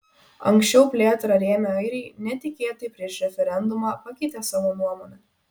anksčiau plėtrą rėmę airiai netikėtai prieš referendumą pakeitė savo nuomonę